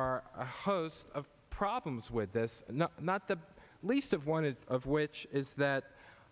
are a host of problems with this not the least of one it of which is that